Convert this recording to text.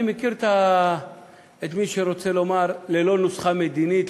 אני מכיר את מי שרוצה לומר: ללא נוסחה מדינית,